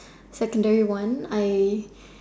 secondary one I